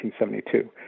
1972